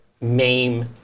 maim